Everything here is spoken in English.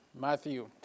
Matthew